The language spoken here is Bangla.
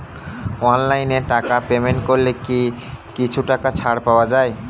অনলাইনে টাকা পেমেন্ট করলে কি কিছু টাকা ছাড় পাওয়া যায়?